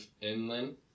inland